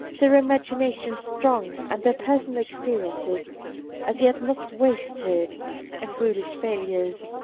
their imaginations strong, and their personal experiences as yet not wasted in foolish failures.